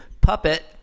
Puppet